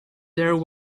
there